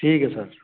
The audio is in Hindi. ठीक है सर